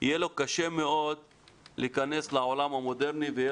יהיה לו קשה מאוד להיכנס לעולם המודרני ויהיה